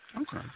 okay